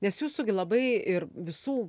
nes jūsų gi labai ir visų